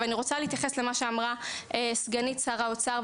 ואני רוצה להתייחס למה שאמרה סגנית שר האוצר,